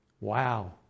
Wow